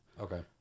okay